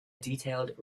detailed